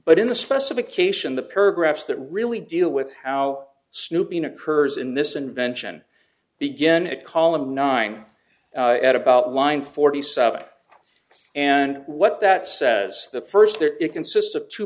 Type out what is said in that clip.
but in the specification the paragraphs that really deal with how snooping occurs in this invention begin at column nine at about wind forty seven and what that says the first year it consists of two